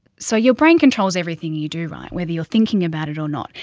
so your brain controls everything you do, right whether you're thinking about it or not.